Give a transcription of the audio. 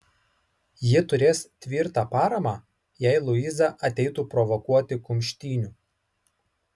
ji turės tvirtą paramą jei luiza ateitų provokuoti kumštynių